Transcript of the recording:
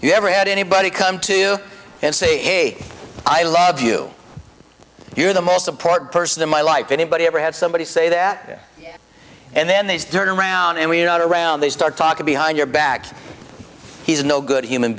you ever had anybody come to you and say i love you you're the most important person in my life anybody ever had somebody say that and then these turn around and weed out around they start talking behind your back he's no good human